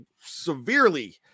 severely –